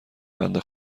بنده